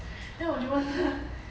then 我就问他